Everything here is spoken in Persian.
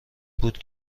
بوده